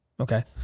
Okay